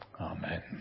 Amen